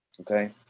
okay